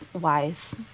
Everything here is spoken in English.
wise